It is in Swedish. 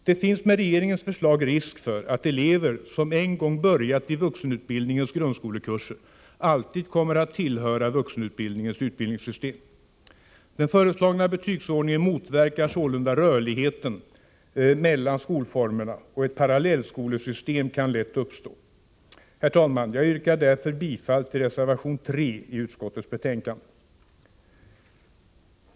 Det finns med regeringens förslag risk för att elever som en gång börjat i vuxenutbildningens grundskolekurser alltid kommer att tillhöra vuxenutbildningens utbildningssystem. Den föreslagna betygsordningen motverkar sålunda rörligheten mellan skolformerna, och ett parallellskolesystem kan lätt uppstå. Herr talman! Jag yrkar därför bifall till reservation 3 i utskottets betänkande.